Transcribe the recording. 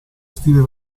stile